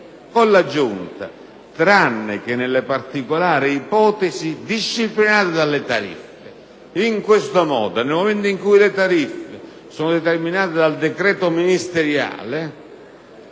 le parole «tranne che nelle particolari ipotesi disciplinate dalle tariffe». In questo modo, nel momento in cui le tariffe sono determinate dal decreto ministeriale,